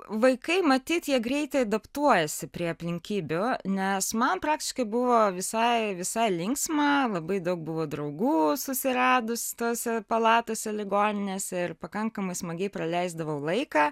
vaikai matyt jie greitai adaptuojasi prie aplinkybių nes man praktiškai buvo visai visai linksma labai daug buvo draugų susiradus tose palatose ligoninėse ir pakankamai smagiai praleisdavau laiką